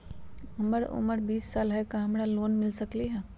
हमर उमर बीस साल हाय का हमरा लोन मिल सकली ह?